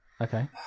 okay